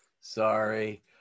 sorry